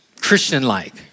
Christian-like